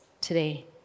today